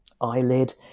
eyelid